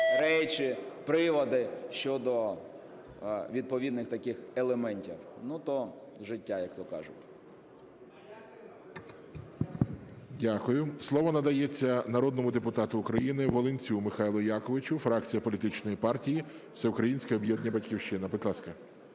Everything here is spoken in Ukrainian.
речі, приводи щодо відповідних таких елементів. Ну, то життя, як то кажуть.